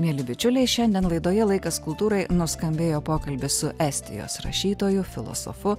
mieli bičiuliai šiandien laidoje laikas kultūrai nuskambėjo pokalbis su estijos rašytoju filosofu